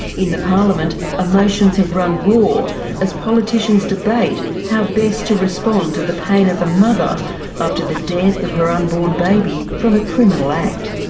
in the parliament, emotions have run raw as politician's debate how best to respond to the pain of a mother after the death of her unborn baby from a criminal act.